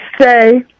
say